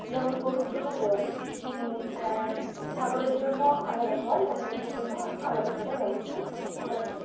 যেমন গরুর জন্য গোয়াল ভ ছাগলের জন্য আলাদা ঘর এবং মুরগির জন্য আলাদা থাকার ব্যবস্থা করা হয়েছে